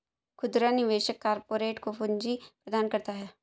खुदरा निवेशक कारपोरेट को पूंजी प्रदान करता है